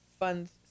Funds